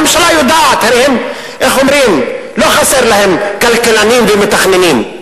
הממשלה יודעת, הרי לא חסרים להם כלכלנים ומתכננים,